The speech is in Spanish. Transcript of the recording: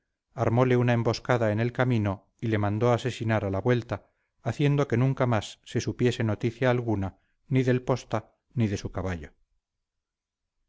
parte le traía armóle una emboscada en el camino y le mandó asesinar a la vuelta haciendo que nunca más se supiese noticia alguna ni del posta ni de su caballo